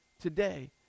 today